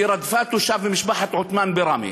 היא רדפה תושב ממשפחת עותמאן בראמה,